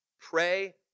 pray